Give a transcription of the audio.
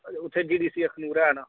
उत्थै जीडीसी अख़नूर है ना